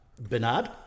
Bernard